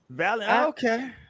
Okay